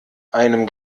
einem